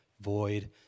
void